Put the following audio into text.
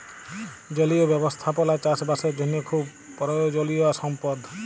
জলীয় ব্যবস্থাপালা চাষ বাসের জ্যনহে খুব পরয়োজলিয় সম্পদ